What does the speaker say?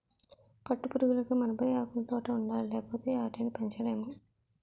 పట్టుపురుగులకు మల్బరీ ఆకులుతోట ఉండాలి లేపోతే ఆటిని పెంచలేము